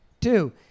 Two